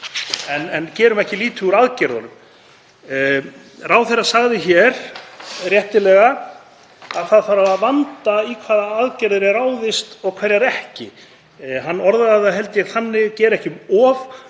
En gerum ekki lítið úr aðgerðunum. Ráðherra sagði réttilega að það þyrfti að vanda í hvaða aðgerðir væri ráðist og hverjar ekki. Hann orðaði það, held ég, þannig að gera ekki um of